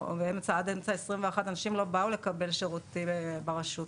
או עד אמצע 2021 אנשים לא באו לקבל שירותים ברשות.